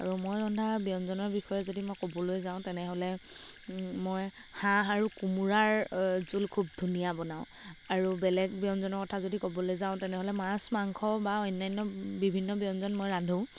আৰু মই ৰন্ধা ব্যঞ্জনৰ বিষয়ে যদি মই ক'বলৈ যাওঁ তেনেহ'লে মই হাঁহ আৰু কোমোৰাৰ জোল খুব ধুনীয়া বনাওঁ আৰু বেলেগ ব্যঞ্জনৰ কথা যদি ক'বলৈ যাওঁ তেনেহ'লে মাছ মাংস বা অন্যান্য বিভিন্ন ব্যঞ্জন মই ৰান্ধোঁ